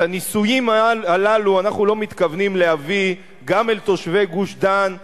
את הניסויים הללו אנחנו לא מתכוונים להביא גם אל תושבי גוש-דן,